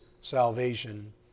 salvation